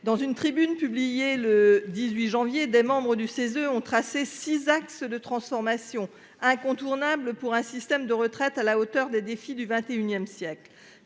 dans une tribune publiée le 18 janvier, des membres du CESE ont tracé 6 axes de transformation incontournable pour un système de retraite à la hauteur des défis du 21ème siècle,